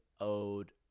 owed